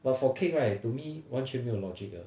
but for cake right to me 完全没有 logic 的